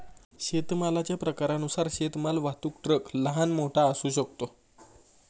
शेतमालाच्या प्रकारानुसार शेतमाल वाहतूक ट्रक लहान, मोठा असू शकतो